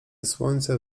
słońce